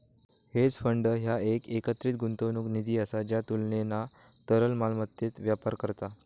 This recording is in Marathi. हेज फंड ह्या एक एकत्रित गुंतवणूक निधी असा ज्या तुलनेना तरल मालमत्तेत व्यापार करता